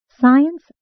Science